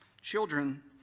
children